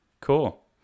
Cool